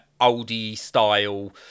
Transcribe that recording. oldie-style